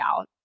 out